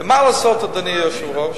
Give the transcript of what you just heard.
ומה לעשות, אדוני היושב-ראש,